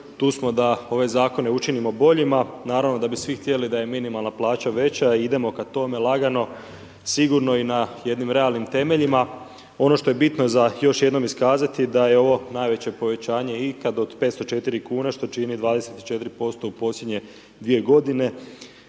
Tu smo da ove zakone učinimo boljima, naravno da bi svi htjeli da je minimalna plaća veća i idemo ka tome lagano sigurno i na jednim realnim temeljima. Ono što je bitno za još jednom iskazati da je ovo najveće povećanje ikad od 504 kune što čini 24% u posljednje 2 godine.